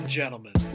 gentlemen